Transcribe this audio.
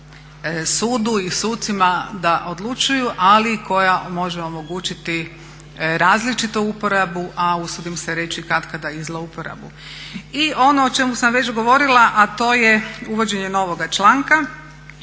sudu i sucima da odlučuju, ali koja može omogućiti različitu uporabu, a usudim se reći katkada i zlo uporabu. I ono o čemu sam već govorila, a to je uvođenje novoga članka